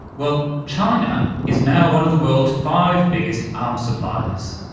well, china is now one of the world's five biggest arms suppliers.